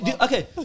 Okay